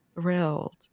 thrilled